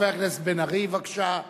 חבר הכנסת בן-ארי, בבקשה.